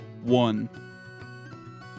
One